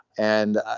and. ah